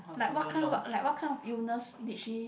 like what kind what like what kind of illness did she